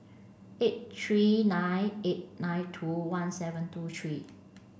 eight three nine eight nine two one seven two three